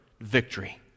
victory